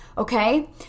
Okay